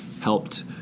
helped